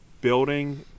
building